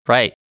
Right